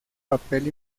papel